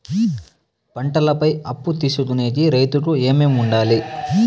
పంటల పై అప్పు తీసుకొనేకి రైతుకు ఏమేమి వుండాలి?